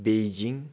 Beijing